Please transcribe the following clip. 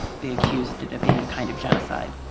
they accused it of being a kind of genocide